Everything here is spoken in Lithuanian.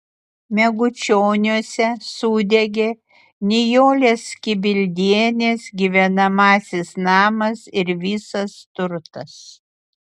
megučioniuose sudegė nijolės kibildienės gyvenamasis namas ir visas turtas